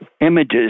images